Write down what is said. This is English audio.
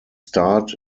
start